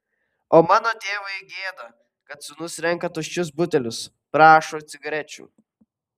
o mano tėvui gėda kad sūnus renka tuščius butelius prašo cigarečių